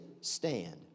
stand